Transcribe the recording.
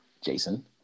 Jason